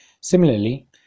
Similarly